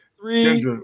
three